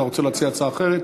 אתה רוצה להציע הצעה אחרת,